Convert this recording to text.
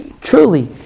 Truly